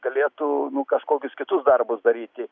galėtų nu kažkokius kitus darbus daryti